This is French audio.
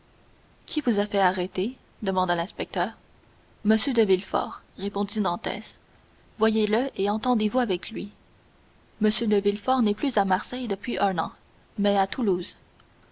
qui vous a fait arrêter demanda l'inspecteur m de villefort répondit dantès voyez-le et entendez-vous avec lui m de villefort n'est plus à marseille depuis un an mais à toulouse